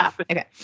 Okay